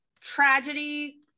tragedy